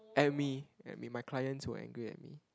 at me at me my clients were angry at me